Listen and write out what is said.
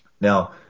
Now